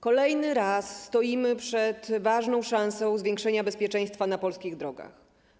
Kolejny raz stoimy przed ważną szansą zwiększenia bezpieczeństwa na polskich drogach.